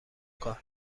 کار